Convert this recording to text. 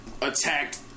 attacked